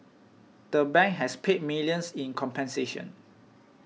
the bank has paid millions in compensation